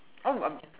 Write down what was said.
oh I